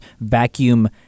vacuum